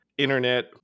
internet